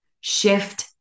shift